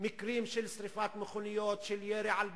מקרים של שרפת מכוניות, של ירי על בתים,